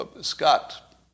Scott